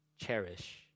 cherish